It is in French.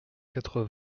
quatre